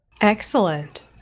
Excellent